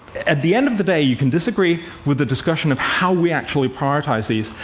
at the end of the day, you can disagree with the discussion of how we actually prioritize these,